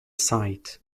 site